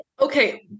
Okay